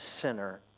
sinner